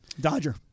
Dodger